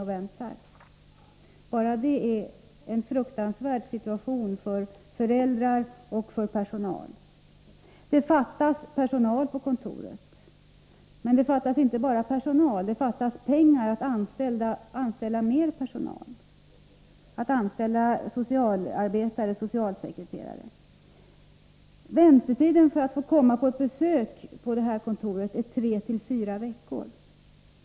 Bara det visar att det är en fruktansvärd situation både för föräldrar och för personal. Man har för liten personal på kontoret, och man saknar resurser för att anställa mer personal, t.ex. socialarbetare och socialsekreterare. Väntetiden för ett nybesök på kontoret är tre fyra veckor.